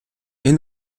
est